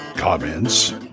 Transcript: Comments